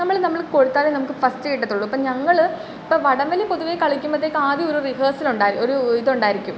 നമ്മൾ നമ്മൾ കൊടുത്താലെ നമുക്ക് ഫസ്റ്റ് കിട്ടത്തൊള്ളു അപ്പം ഞങ്ങൾ ഇപ്പം വടം വലി പൊതുവേ കളിക്കുമ്പോഴ്ത്തേക്കും ആദ്യം ഒരു റിഹേഴ്സൽ ഉണ്ടായി ഒരു ഇതുണ്ടായിരിക്കും